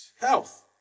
health